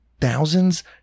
thousands